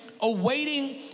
awaiting